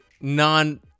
non